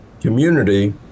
community